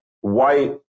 white